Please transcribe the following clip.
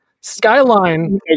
Skyline